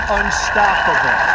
unstoppable